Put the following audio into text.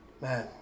Man